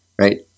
right